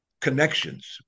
connections